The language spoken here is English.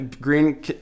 green